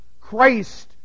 Christ